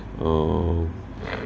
err